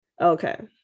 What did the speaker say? Okay